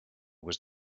was